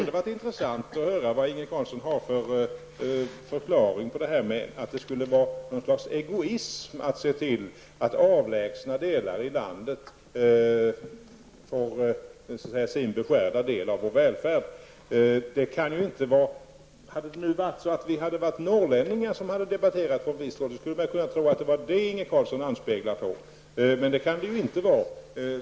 Det vore intressant att få Inge Carlssons förklaring till att det skulle vara ett slags egoism att tillse att avlägsna delar i landet får sin beskärda del av vår välfärd. Om det hade varit norrlänningar som debatterat här, då skulle man kanske tro att det var det Inge Carlsson anspelade på. Men det kan det ju inte vara.